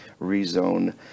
rezone